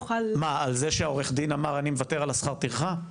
מה, על זה שהעו"ד אמר אני מוותר על שכר טרחה?